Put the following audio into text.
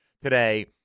today